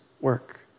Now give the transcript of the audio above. work